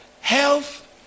Health